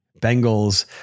Bengals